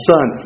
Son